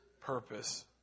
purpose